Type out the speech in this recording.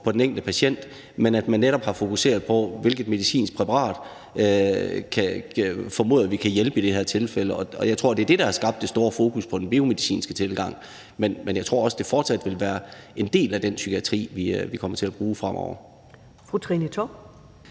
til den enkelte patient, men at man netop har fokuseret på, hvilket medicinsk præparat man formoder kan hjælpe i det her tilfælde. Og jeg tror, at det er det, der har skabt det store fokus på den biomedicinske tilgang, men jeg tror også, at det fortsat vil være en del af den psykiatri, vi kommer til at have fremover.